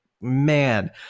man